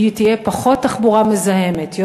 שתהיה פחות תחבורה מזהמת,